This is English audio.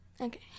Okay